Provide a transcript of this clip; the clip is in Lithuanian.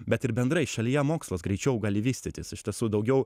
bet ir bendrai šalyje mokslas greičiau gali vystytis iš tiesų daugiau